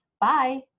Bye